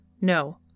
No